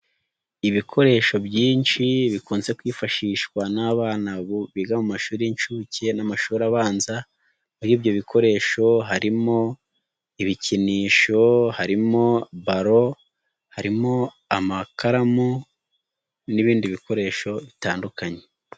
Ibikoresho byinshi bikunze kwifashishwa n'abana biga mu mashuri y'inshuke n'amashuri abanza, muri ibyo bikoresho harimo ibikinisho, harimo baro, harimo amakaramu n'ibindi bikoresho bitandukanye.